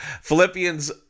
Philippians